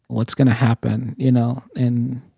what's going to happen, you know? and